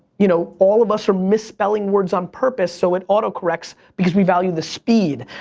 you know all of us are misspelling words on purpose so it auto-corrects, because we value the speed.